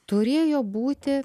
turėjo būti